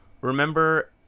Remember